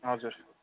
हजुर